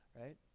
right